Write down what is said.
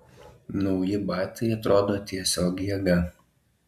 nauji batai atrodo tiesiog jėga